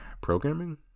programming